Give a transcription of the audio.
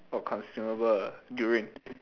for consumable ah during